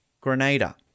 Grenada